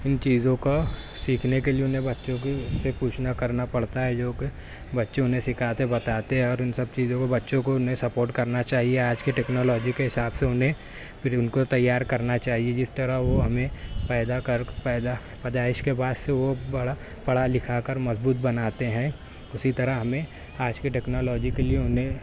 ان چیزوں کا سیکھنے کے لیے انہیں بچوں کی سے پوچھنا کرنا پڑتا ہے جوکہ بچوں نے سکھاتے بتاتے اور ان سب چیزوں کو بچوں کو انہیں سپورٹ کرنا چاہیے آج کے ٹیکنالوجی کے حساب سے انہیں پھر ان کو تیار کرنا چاہیے جس طرح وہ ہمیں پیدا کر پیدا پیدائش کے بعد سے وہ بڑا پڑھا لکھا کر مضبوط بناتے ہیں اسی طرح ہمیں آج کی ٹیکنالوجی کے لیے انہیں